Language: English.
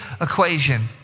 equation